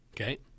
Okay